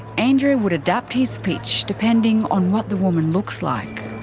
andrew would adapt his pitch depending on what the woman looks like.